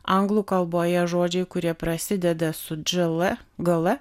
anglų kalboje žodžiai kurie prasideda su dž l g l